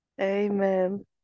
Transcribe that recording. Amen